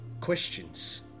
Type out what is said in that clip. Questions